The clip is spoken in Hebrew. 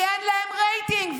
כי אין להם רייטינג.